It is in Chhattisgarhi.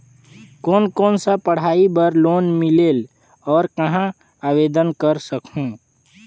कोन कोन सा पढ़ाई बर लोन मिलेल और कहाँ आवेदन कर सकहुं?